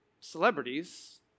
celebrities